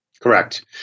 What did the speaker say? Correct